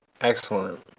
excellent